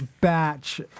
batch